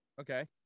Okay